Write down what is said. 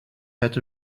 had